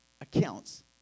accounts